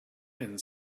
and